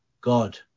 God